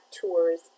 tours